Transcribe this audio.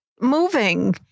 moving